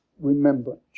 remembrance